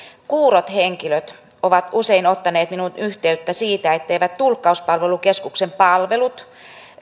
kuurot henkilöt ovat usein ottaneet minuun yhteyttä siitä etteivät tulkkauspalvelukeskuksen palvelut